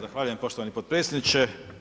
Zahvaljujem poštovani potpredsjedniče.